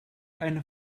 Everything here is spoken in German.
eine